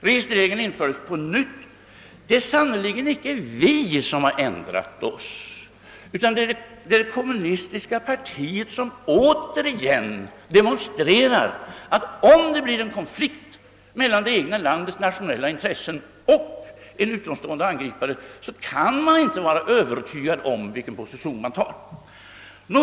Registreringen infördes på nytt, men det är sannerligen inte vi som ändrat oss, utan det är det kommunistiska partiet som återigen demonstrerat att man, om det blir en konflikt mellan det egna landets nationella intressen och en utomstående angripare, inte kan vara övertygad om vilken position kommunisterna intar.